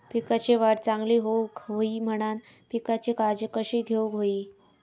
पिकाची वाढ चांगली होऊक होई म्हणान पिकाची काळजी कशी घेऊक होई?